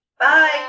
Bye